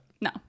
No